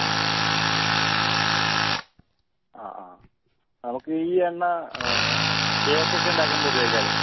ആ ആ ആ നമ്മുക്ക് ഈ എണ്ണ കേക്ക് ഒക്കെ ഉണ്ടാക്കുമ്പോൾ ഉപയോഗിക്കാ അല്ലേ